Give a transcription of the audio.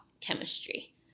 chemistry